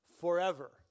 forever